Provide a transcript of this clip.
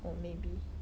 oh maybe